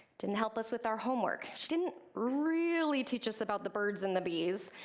didn't help us with our homework. she didn't really teach us about the birds and the bees,